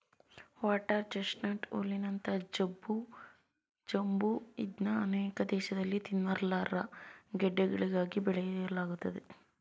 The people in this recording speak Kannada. ವಾಟರ್ ಚೆಸ್ನಟ್ ಹುಲ್ಲಿನಂತ ಜಂಬು ಇದ್ನ ಅನೇಕ ದೇಶ್ದಲ್ಲಿ ತಿನ್ನಲರ್ಹ ಗಡ್ಡೆಗಳಿಗಾಗಿ ಬೆಳೆಯಲಾಗ್ತದೆ